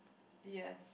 yes